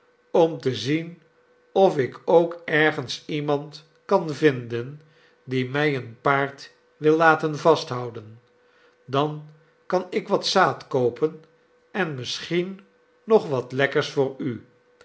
om te zien of ik ook ergens iemand kan vinden die mij een paard wil laten vasthouden dan kan ik wat zaad koopen en misschien nog wat lekkers voor u